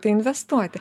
tai investuoti